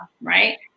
right